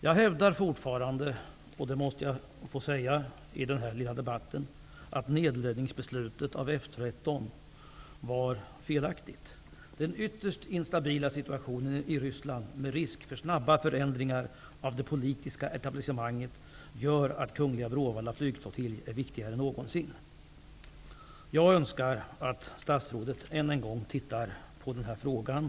Jag hävdar fortfarande att beslutet om nedläggning av F 13 var felaktigt. Det måste jag få säga i den här lilla debatten. Den ytterst instabila situationen i Ryssland, där det finns risk för snabba förändringar av det politiska etablissemanget, gör att kungl. Bråvalla flygflottilj är viktigare än någonsin. Jag önskar att statsrådet än en gång tittar på den här frågan.